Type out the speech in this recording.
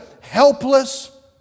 helpless